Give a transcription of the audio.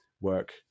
work